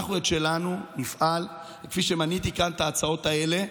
אנחנו בשלנו נפעל, כפי שמניתי כאן את ההצעות האלה,